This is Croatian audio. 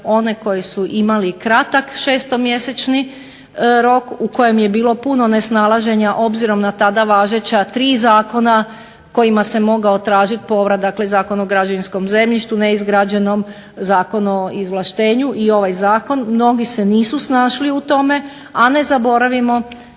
one koji su imali kratak šestomjesečni rok u kojem je bilo puno nesnalaženja obzirom na tada važeća tri zakona kojima se mogao tražiti povrat, Zakon o građevinskom zemljištu neizgrađenom, zakon o izvlaštenju mnogi se nisu snašli u tome, a ne zaboravimo